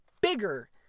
bigger